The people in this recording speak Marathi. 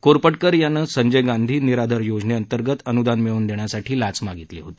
कोपरटकर यानं संजय गांधी निराधार योजनेअंतर्गत अनुदान मिळवून देण्यासाठी लाच मागितली होती